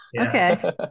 okay